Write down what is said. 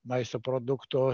maisto produktų